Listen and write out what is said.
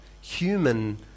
human